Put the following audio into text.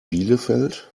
bielefeld